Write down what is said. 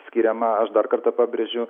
skiriama aš dar kartą pabrėžiu